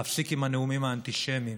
להפסיק עם הנאומים האנטישמיים,